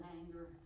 anger